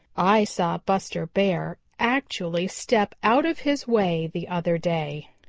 i saw buster bear actually step out of his way the other day.